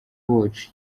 watch